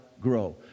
grow